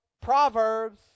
Proverbs